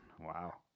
Wow